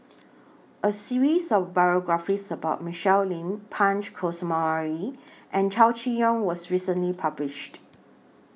A series of biographies about Michelle Lim Punch Coomaraswamy and Chow Chee Yong was recently published